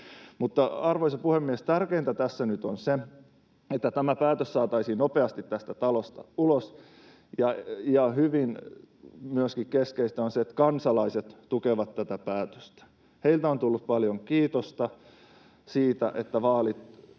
Mutta, arvoisa puhemies, tärkeintä tässä nyt on se, että tämä päätös saataisiin nopeasti tästä talosta ulos, ja keskeistä on myöskin se, että kansalaiset tukevat tätä päätöstä. Heiltä on tullut paljon kiitosta siitä, että vaalit